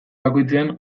bakoitzean